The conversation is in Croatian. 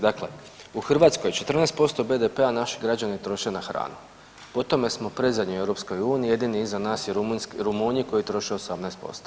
Dakle, u Hrvatskoj 14% BDP-a naši građani troše na hranu, po tome smo predzadnji u EU, jedini iza nas su Rumunji koji troše 18%